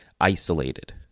isolated